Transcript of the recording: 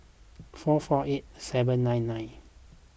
four four eight seven nine nine